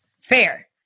Fair